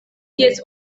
ties